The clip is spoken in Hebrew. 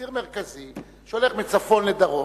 ציר מרכזי שהולך מצפון לדרום.